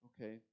okay